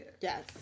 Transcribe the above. yes